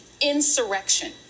insurrection